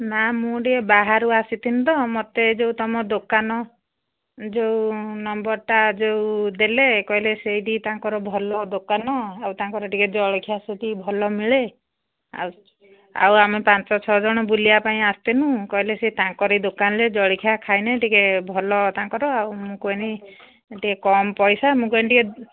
ନା ମୁଁ ଟିକେ ବାହାରୁ ଆସିଥିଲୁ ତ ମୋତେ ଯୋଉ ତୁମ ଦୋକାନ ଯୋଉ ନମ୍ବରଟା ଯୋଉ ଦେଲେ କହିଲେ ସେଇଠି ତାଙ୍କର ଭଲ ଦୋକାନ ଆଉ ତାଙ୍କର ଟିକେ ଜଳଖିଆ ସେଠି ଭଲ ମିଳେ ଆଉ ଆଉ ଆମେ ପାଞ୍ଚ ଛଅ ଜଣ ବୁଲିବା ପାଇଁ ଆସିଥିଲୁ କହିଲେ ସେ ତାଙ୍କର ଏଇ ଦୋକାନରେ ଜଳଖିଆ ଖାଇଲେ ଟିକେ ଭଲ ତାଙ୍କର ଆଉ ମୁଁ କହିଲି ଟିକେ କମ୍ ପଇସା ମୁଁ କହିଲି ଟିକେ